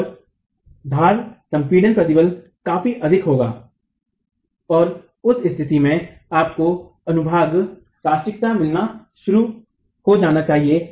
तोधार संपीडन प्रतिबल काफी अधिक होगा और उस स्थितिमें आपको अनुभाग प्लास्तिकता मिलना शुरू हो जाना चाहिए